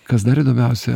kas dar įdomiausia